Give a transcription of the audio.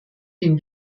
dem